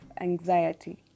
anxiety